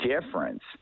difference